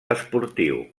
esportiu